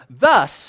thus